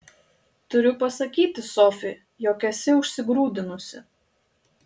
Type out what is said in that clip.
turiu pasakyti sofi jog esi užsigrūdinusi